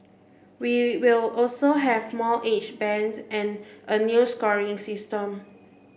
we will also have more age bands and a new scoring system